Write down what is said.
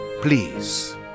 Please